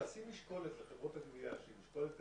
לשים משקולת על חברות הגבייה שהיא משקולת כלכלית,